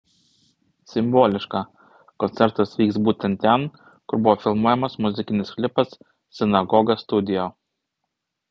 simboliška koncertas vyks būtent ten kur buvo filmuojamas muzikinis klipas sinagoga studio